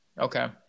Okay